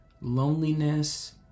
loneliness